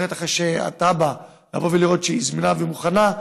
אחרי שהתב"ע תהיה זמינה ומוכנה,